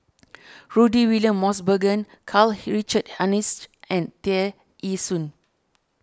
Rudy William Mosbergen Karl Richard Hanitsch and Tear Ee Soon